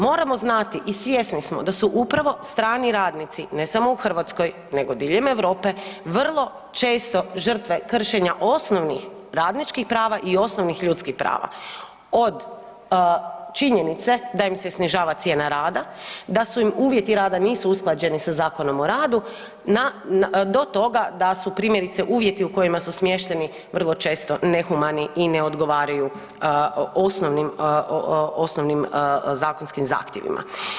Moramo znati i svjesni smo da su upravo strani radnici, ne samo u Hrvatskoj nego diljem Europe vrlo često žrtve kršenja osnovnih radničkih prava i osnovnih ljudskih prava od činjenice da im se snižava cijena rada, da su im uvjeti rada nisu usklađeni sa Zakonom o radu, do toga da su primjerice uvjeti u kojima su smješteni vrlo često nehumani i ne odgovaraju osnovnim, osnovnim zakonskim zahtjevima.